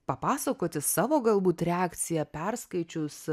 papasakoti savo galbūt reakciją perskaičius